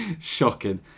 Shocking